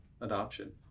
adoption